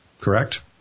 Correct